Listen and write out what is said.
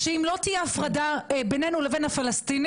שאם לא תהיה הפרדה בינינו לבין הפלסטינים,